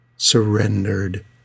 surrendered